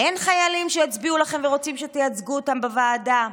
אין חיילים שהצביעו לכם ורוצים שתייצגו אותם בוועדה?